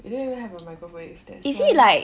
you didn't even have a microwave that's why